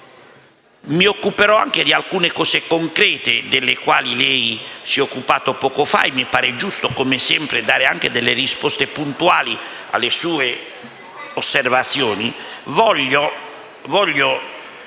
mi occuperò anche di alcune cose concrete delle quali lei si è occupato poco fa (e mi pare giusto, come sempre, dare risposte puntuali alle sue osservazioni), voglio